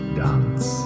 dance